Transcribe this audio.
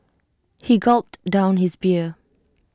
he gulped down his beer